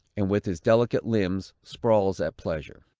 and with his delicate limbs sprawls at pleasure.